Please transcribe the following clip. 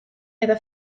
eta